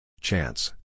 Chance